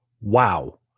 wow